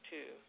Two